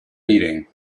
meeting